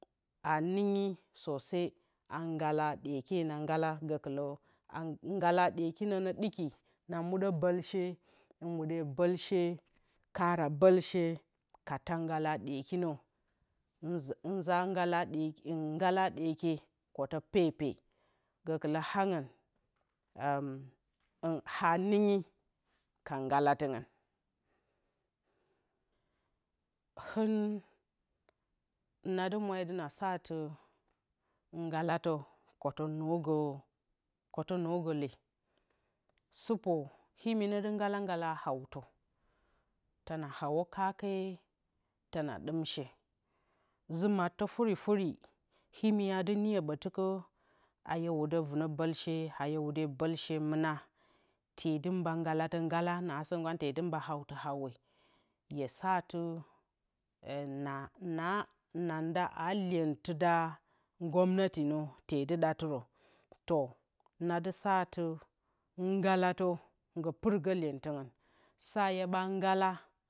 Hanɨnggi sose a ngala ɗyeke na ngalaa gǝkɨlǝ ngalaa ɗyekinǝ ɗiki na mɨɗǝ bǝlshe hɨn wǝdǝ bǝkshe a kara bǝlshe ka taa ngala ɗyekinǝ nza ngala ngala ɗyekye kǝttǝ pepe gǝkɨlǝ angɨn haningyi ka ngalatɨngɨn hɨn na dɨ maw tɨ nasatɨ ngalatǝ kǝtǝ kǝtǝ nǝgǝ le sɨpǝ imi nǝ dɨ ngala ngalaa hautǝ tɨna hauwǝ kake tɨna ɗim shee ji mattǝ furifuri imi adɨ niyǝ ɓǝti a hye wudo vɨnǝ bǝlshe a hye bǝlshe mɨna tee dɨ mba ngala tǝ ngala nasǝ mba hautǝ hawi hye sa atɨ na lyentɨta gwamnati nǝ tee dɨ ɗatɨro too nadɨ satɨ ngalatǝ pɨrgǝ lyentɨngɨn sa hye ngala